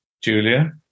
Julia